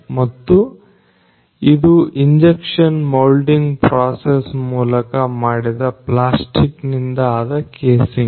ಮತ್ತು ಇದು injection moulding process ಮೂಲಕ ಮಾಡಿದ ಪ್ಲಾಸ್ಟಿಕ್ ನಿಂದ ಆದ ಕೇಸಿಂಗ್